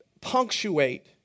punctuate